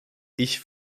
ich